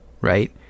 right